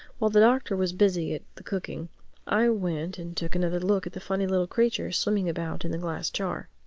while the doctor was busy at the cooking i went and took another look at the funny little creature swimming about in the glass jar.